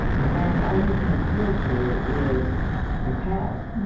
then all you can appeal to is the past.